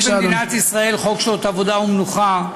יש במדינת ישראל חוק שעות עבודה ומנוחה,